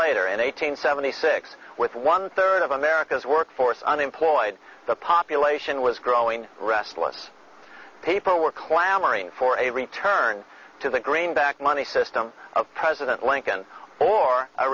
later and eight hundred seventy six with one third of america's workforce unemployed the population was growing restless people were clamoring for a return to the greenback money system of president lincoln or a